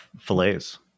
fillets